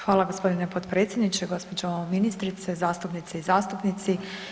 Hvala gospodine potpredsjedniče, gospođo ministrice, zastupnice i zastupnici.